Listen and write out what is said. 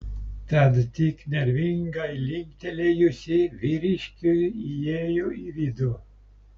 tad tik nervingai linktelėjusi vyriškiui įėjo vidun